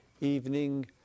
evening